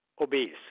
obese